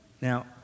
Now